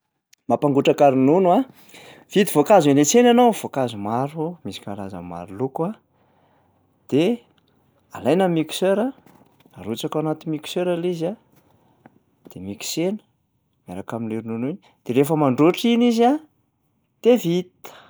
Mampangotraka ronono a, mividy voankazo eny an-tsena ianao, voankazo maro misy karazany maro loko a. De alaina ny mixeur a, arotsaka ao anaty mixeur lay izy a, de mixena miaraka am'lay ronono iny, de rehefa mandraotra iny izy a de vita.